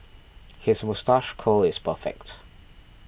his curl is perfect